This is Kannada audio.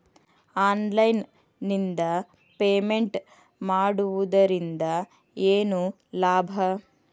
ಆನ್ಲೈನ್ ನಿಂದ ಪೇಮೆಂಟ್ ಮಾಡುವುದರಿಂದ ಏನು ಲಾಭ?